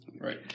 Right